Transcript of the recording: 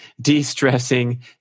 de-stressing